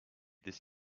this